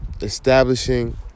establishing